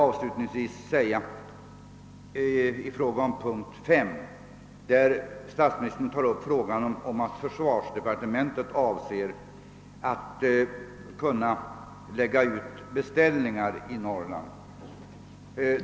Avslutningsvis vill jag beröra punkt 5, där statsministern nämnde att försvarsdepartementet avser att lägga ut beställningar i Norrland.